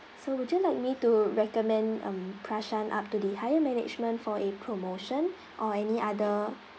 so would you like me to recommend um prashan up to the higher management for a promotion or any other